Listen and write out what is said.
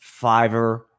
Fiverr